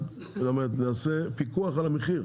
זאת אומרת נעשה פיקוח על המחיר.